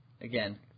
Again